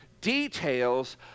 details